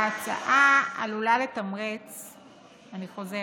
אני חוזרת: